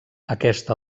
aquest